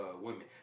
women